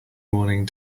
morning